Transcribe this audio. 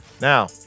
Now